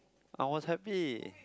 I was happy